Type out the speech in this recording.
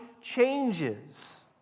changes